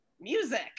music